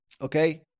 okay